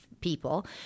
people